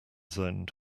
zoned